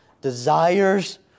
Desires